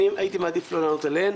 הייתי מעדיף לא לענות עליהם.